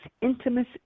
intimate